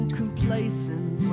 complacent